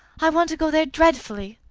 i want to go there dreadfully.